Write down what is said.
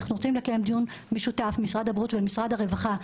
אנחנו רוצים לקיים דיון משותף למשרד הבריאות ומשרד הרווחה,